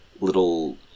little